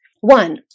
one